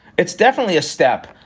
it's definitely a step.